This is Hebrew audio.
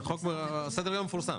סדר היום פורסם.